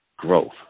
Growth